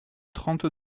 trente